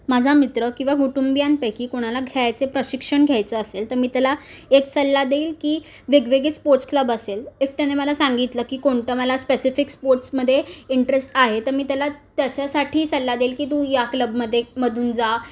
माझा मित्र किंवा कुटुंब्यांपैकी कोणाला घ्यायचे प्रशिक्षण घ्यायचं असेल तर मी त्याला एक सल्ला देईल की वेगवेगळी स्पोर्ट्स क्लब असेल इफ त्याने मला सांगितलं की कोणतं मला स्पेसिफिक स्पोर्ट्समदे इंटरेस्ट आहे तर मी त्याला त्याच्यासाठी सल्ला देईल की तू या क्लबमदे मधून जा